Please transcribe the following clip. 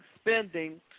spending